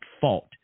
fault